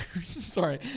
Sorry